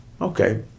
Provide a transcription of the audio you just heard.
Okay